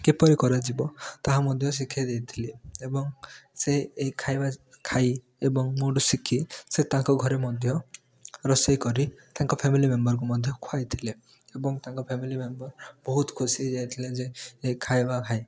କିପରି କରାଯିବ ତାହା ମଧ୍ୟ ଶିଖେଇ ଦେଇଥିଲି ଏବଂ ସେ ଏହି ଖାଇବା ଖାଇ ଏବଂ ମୋଠୁ ଶିଖି ସେ ତାଙ୍କ ଘରେ ମଧ୍ୟ ରୋଷେଇ କରି ତାଙ୍କ ଫ୍ୟାମିଲି ମେମ୍ବରଙ୍କୁ ମଧ୍ୟ ଖୁଆଇଥିଲେ ଏବଂ ତାଙ୍କ ଫ୍ୟାମିଲି ମେମ୍ବର୍ ବହୁତ ଖୁସି ହେଇଯାଇଥିଲେ ଯେ ଏ ଖାଇବା ଖାଇ